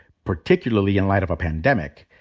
particularly in light of a pandemic.